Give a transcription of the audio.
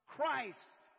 Christ